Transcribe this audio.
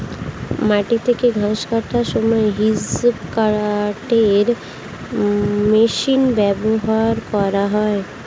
মাটি থেকে ঘাস কাটার সময় হেজ্ কাটার মেশিন ব্যবহার করা হয়